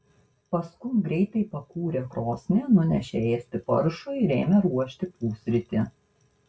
paskum greitai pakūrė krosnį nunešė ėsti paršui ir ėmė ruošti pusrytį